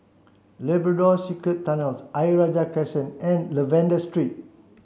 Labrador Secret Tunnels Ayer Rajah Crescent and Lavender Street